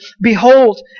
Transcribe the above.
Behold